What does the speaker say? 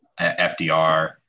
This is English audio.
FDR